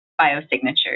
biosignatures